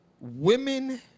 Women